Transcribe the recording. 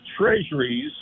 treasuries